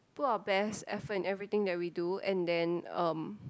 put our best effort in everything that we do and then um